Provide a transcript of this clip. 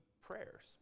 prayers